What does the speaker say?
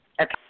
Okay